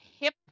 hip